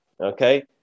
okay